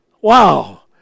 Wow